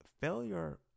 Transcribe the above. failure